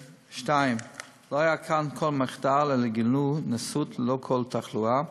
2. לא היה כאן כל מחדל אלא גילוי נשאות ללא כל תחלואה.